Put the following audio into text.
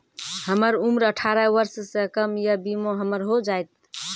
हमर उम्र अठारह वर्ष से कम या बीमा हमर हो जायत?